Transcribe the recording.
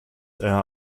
eher